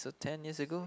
so ten years ago